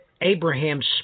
Abraham's